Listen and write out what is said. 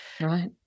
Right